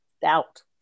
doubt